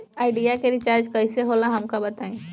Idea के recharge कईसे होला हमका बताई?